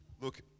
look